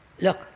Look